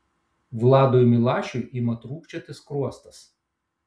vladui milašiui ima trūkčioti skruostas